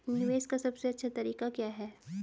निवेश का सबसे अच्छा तरीका क्या है?